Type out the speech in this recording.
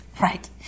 Right